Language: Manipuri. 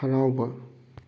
ꯍꯔꯥꯎꯕ